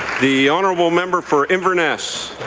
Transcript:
the honourable member for inverness?